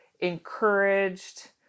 encouraged